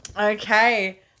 okay